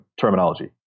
terminology